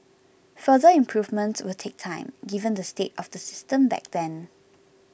further improvements will take time given the state of the system back then